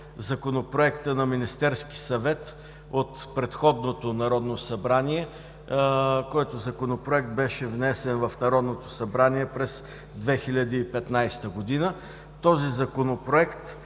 Законопроекта на Министерския съвет от предходното Народно събрание, който беше внесен в Народното събрание през 2015 г. Законопроектът